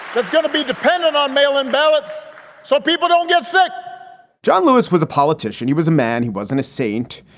that's going to be dependent on mail in ballots so people don't get sick john lewis was a politician. he was a man. he wasn't a saint.